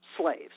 slaves